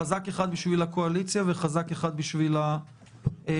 חזק אחד בשביל הקואליציה וחזק אחד בשביל האופוזיציה.